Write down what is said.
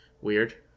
weird